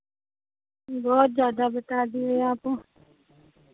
बहुत ज़्यादा बता दिए आप